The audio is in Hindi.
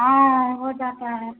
हाँ हो जाता है